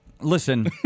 Listen